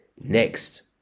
Next